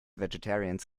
vegetarians